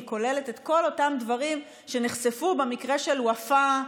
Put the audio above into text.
היא כוללת את כל אותם דברים שנחשפו במקרה של ופאא,